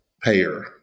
payer